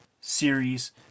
series